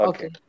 Okay